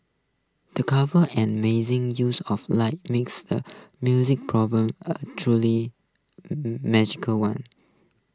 the clever and amazing use of lighting makes the musical problem A truly magical one